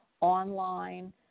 online